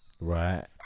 right